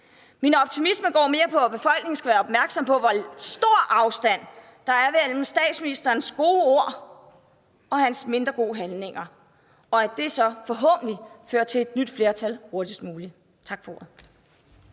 Min optimisme går mere på, at befolkningen skal være opmærksom på, hvor stor afstand der er mellem statsministerens gode ord og hans mindre gode handlinger, og at det så forhåbentlig fører til et nyt flertal hurtigst muligt. Tak for ordet.